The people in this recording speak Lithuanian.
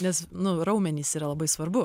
nes nu raumenys yra labai svarbu